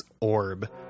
orb